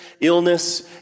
illness